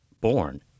born